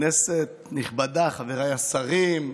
כנסת נכבדה, חבריי השרים,